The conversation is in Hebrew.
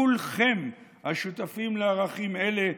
כולכם, השותפים לערכים אלה,